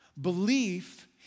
Belief